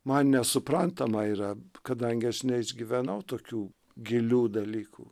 man nesuprantama yra kadangi aš neišgyvenau tokių gilių dalykų